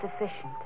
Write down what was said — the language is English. sufficient